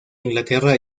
inglaterra